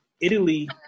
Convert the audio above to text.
Italy